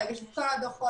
להגיש את כל הדוחות,